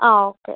ആ ഓക്കെ